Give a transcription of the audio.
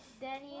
Danny